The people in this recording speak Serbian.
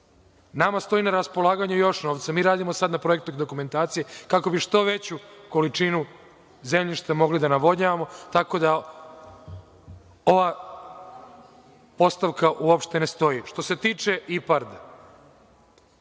Nama stoji na raspolaganju još novca. Sada radimo na projektnoj dokumentaciji kako bi što veću količinu zemljišta mogli da navodnjavamo, tako da ova postavka uopšte ne stoji. Što se tiče IPARD-a,